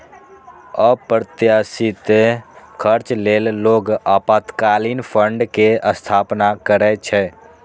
अप्रत्याशित खर्च लेल लोग आपातकालीन फंड के स्थापना करै छै